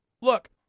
Look